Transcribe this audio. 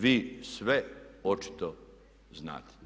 Vi sve očito znate.